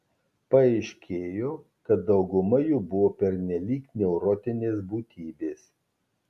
paaiškėjo kad dauguma jų buvo pernelyg neurotinės būtybės